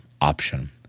option